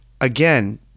again